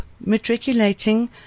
Matriculating